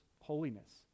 holiness